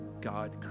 God